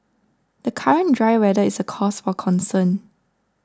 the current dry weather is a cause for concern